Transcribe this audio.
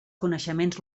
coneixements